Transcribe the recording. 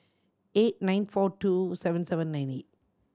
eight nine four two seven seven nine eight